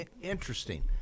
interesting